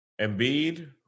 Embiid